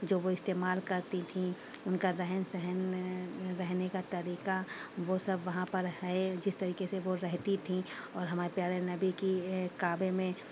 جو وہ استعمال کرتی تھیں ان کا رہن سہن رہنے کا طریقہ وہ سب وہاں پر ہے جس طریقے سے وہ رہتی تھیں اور ہمارے پیارے نبی کی کعبے میں